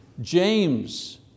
James